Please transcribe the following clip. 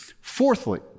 Fourthly